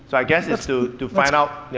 so i guess it's to, to find out,